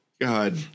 God